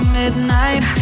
midnight